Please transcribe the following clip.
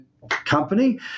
company